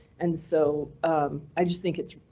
and so i just think it's.